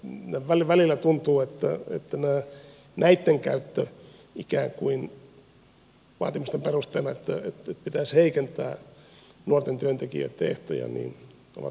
välillä tuntuu että näitten käyttö ikään kuin niiden vaatimusten perusteena että pitäisi heikentää nuorten työntekijöitten ehtoja on jossain määrin kestämätöntä